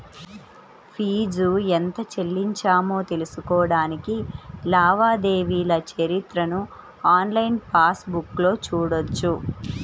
fee ఎంత చెల్లించామో తెలుసుకోడానికి లావాదేవీల చరిత్రను ఆన్లైన్ పాస్ బుక్లో చూడొచ్చు